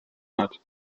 hat